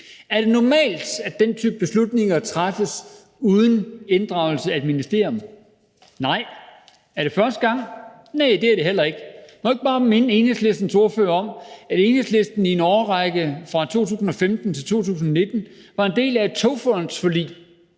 Er det normalt, at den type beslutninger træffes uden inddragelse af et ministerium? Nej! Er det første gang? Nej, det er det heller ikke. Må jeg ikke bare minde Enhedslistens ordfører om, at Enhedslisten i en årrække fra 2015 til 2019 var en del af et forlig